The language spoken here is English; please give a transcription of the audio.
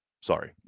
sorry